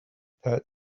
pat